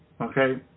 Okay